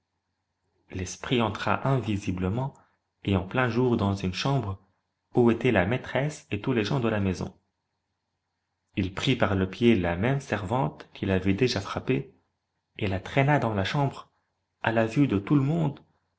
l'esprit entra invisiblement et en plein jour dans une chambre où était la maîtresse et tous les gens de la maison il prit par le pied la même servante qu'il avait déjà frappée et la traîna dans la chambre à la vue de tout le monde